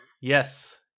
yes